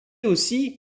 aussi